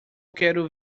quero